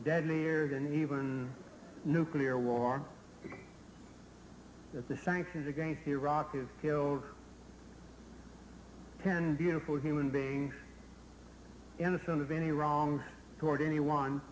deadlier than even nuclear war if the sanctions against iraq is filled parent beautiful human being innocent of any wrong toward anyone